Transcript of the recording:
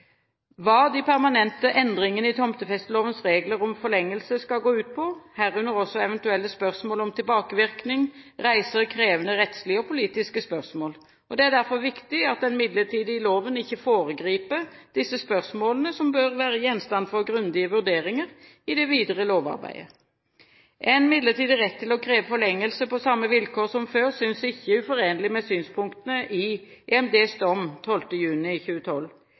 Hva de permanente endringene i tomtefestelovens regler om forlengelse skal gå ut på, herunder også eventuelle spørsmål om tilbakevirkning, reiser krevende rettslige og politiske spørsmål. Det er derfor viktig at den midlertidige loven ikke foregriper disse spørsmålene, som bør være gjenstand for grundige vurderinger i det videre lovarbeidet. En midlertidig rett til å kreve forlengelse på samme vilkår som før synes ikke uforenlig med synspunktene i EMDs dom 12. juni 2012.